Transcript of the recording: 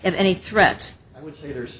any threat i would say there's